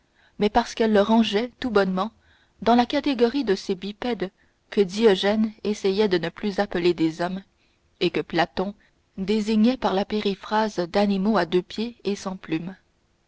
mais parce qu'elle le rangeait tout bonnement dans la catégorie de ces bipèdes que diagène essayait de ne plus appeler des hommes et que platon désignait par la périphrase d'animaux à deux pieds et sans plumes